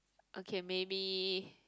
okay maybe